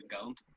gold